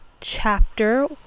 chapter